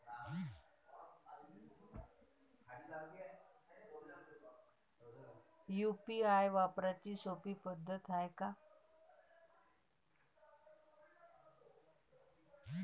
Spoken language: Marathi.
यू.पी.आय वापराची सोपी पद्धत हाय का?